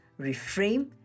reframe